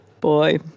Boy